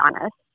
honest